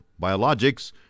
Biologics